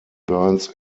burns